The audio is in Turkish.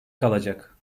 kalacak